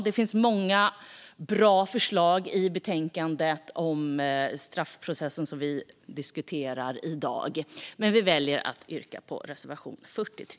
Det finns många bra förslag i betänkandet om straffprocessen som vi diskuterar i dag, men vi väljer att yrka bifall endast till reservation 43.